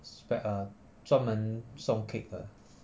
spe~ uh 专门送 cake 的